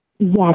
Yes